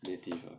native